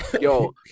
yo